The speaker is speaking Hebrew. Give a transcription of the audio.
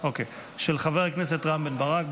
זה של חבר הכנסת רם בן ברק,